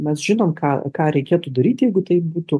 mes žinom ką ką reikėtų daryt jeigu taip būtų